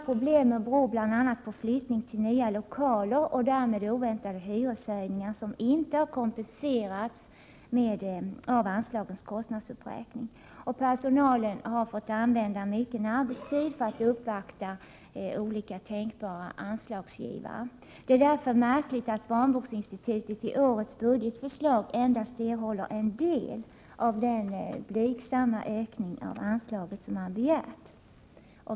Problemen beror bl.a. på flyttning till nya lokaler och därmed oväntade hyreshöjningar som inte har kompenserats av anslagens kostnadsuppräkning. Personalen har fått använda mycken arbetstid för att uppvakta olika tänkbara anslagsgivare. Det är därför märkligt att Barnboksinstitutet i årets budgetförslag endast erhåller en del av den blygsamma ökning av anslaget som man begärt.